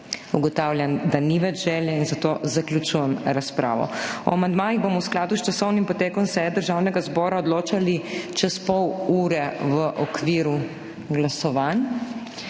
Ugotavljam, da ni več želje, in zato zaključujem razpravo. O amandmajih bomo v skladu s časovnim potekom seje Državnega zbora odločali čez pol ure v okviru glasovanj.